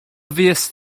fuest